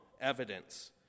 evidence